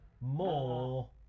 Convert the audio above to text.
More